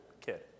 kid